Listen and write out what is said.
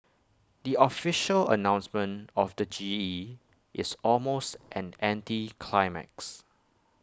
the official announcement of the G E is almost an anticlimax